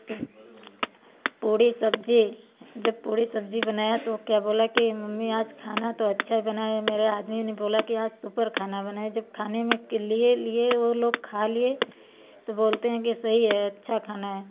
पूड़ी सब्ज़ी जब पूड़ी सब्ज़ी बनाया तो वह क्या बोला कि मम्मी आज खाना तो अच्छा बना है मेरे आदमी ने बोला कि हाँ सुपर खाना बना है जब खाने में के लिए लिए वे लोग खा लिए तो बोलते हैं कि सही है अच्छा खाना है